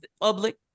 public